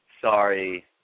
Sorry